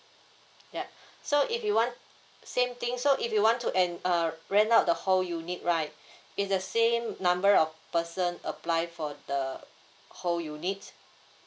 yup so if you want same thing so if you want to end uh rent out the whole unit right it's the same number of person apply for the whole units